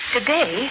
Today